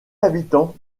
habitant